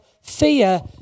fear